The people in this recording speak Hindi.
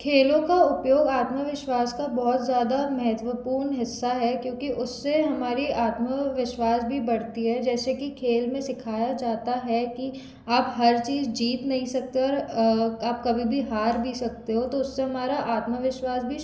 खेलों का उपयोग आत्मविश्वास का बहुत ज़्यादा महत्वपूर्ण हिस्सा है क्योंकि उससे हमारी आत्मविश्वास भी बढ़ती है जैसे कि खेल में सिखाया जाता है कि आप हर चीज़ जीत नहीं सकते हैं और आप कभी भी हार भी सकते हो तो उसे हमारा आत्मविश्वास भी